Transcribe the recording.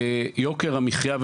יוקר המחייה,